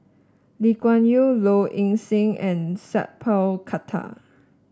Lee Kuan Yew Low Ing Sing and Sat Pal Khattar